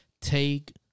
take